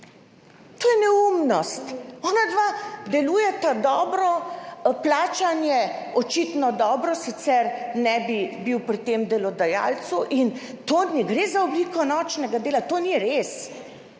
To je neumnost, onadva dobro delujeta, plačan je očitno dobro, sicer ne bi bil pri tem delodajalcu. Ne gre za obliko nočnega dela, to ni res.